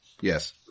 Yes